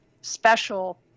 special